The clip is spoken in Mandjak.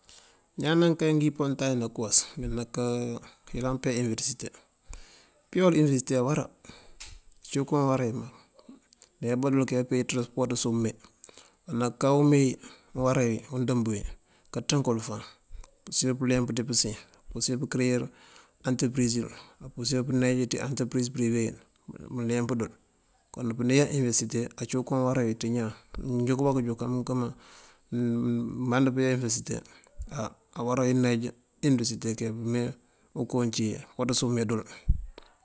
Ñàan nankayi ngëyipal untaajan na këwas anaka pëyëlan ya uniwerësite, pëyawul uniwerësite, awara aciko uwarawi nayabadul, kaya këya pëwaţës ume naka ume uwarawi undëmbëwi, kaţënkul faan mpursir pëleenmp di pësiën. apurësir pëkëreyir antëpërisul, apurësir pëniaj ţi antëpëris përiwe leempëdul. Kon pëñiaj uniwerësite aciko uwarawi di ñáan jukëba pëjuk, amëkëma mbandëba pëya uniwerësite haam awara pëniaj uniwerësite, pëmeko unciwi pëwatës ume dul.